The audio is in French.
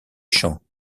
champs